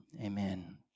Amen